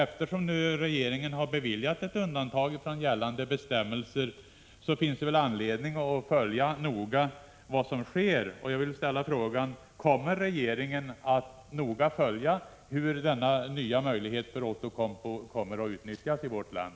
Eftersom regeringen har beviljat ett undantag från gällande bestämmelser finns det väl anledning att noga följa vad som sker. Kommer regeringen att noga följa hur denna nya möjlighet för Outokumpu utnyttjas i vårt land?